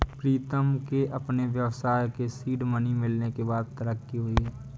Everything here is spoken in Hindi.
प्रीतम के अपने व्यवसाय के सीड मनी मिलने के बाद तरक्की हुई हैं